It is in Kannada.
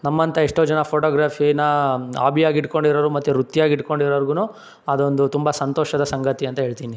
ನಮ್ಮಂಥ ಎಷ್ಟೋ ಜನ ಫೋಟೋಗ್ರಫೀನ ಆಬಿಯಾಗಿ ಇಟ್ಟುಕೊಂಡಿರೋರು ಮತ್ತು ವೃತ್ತಿಯಾಗಿ ಇಟ್ಕೊಂಡಿರೋರ್ಗೂ ಅದೊಂದು ತುಂಬ ಸಂತೋಷದ ಸಂಗತಿ ಅಂತ ಹೇಳ್ತೀನಿ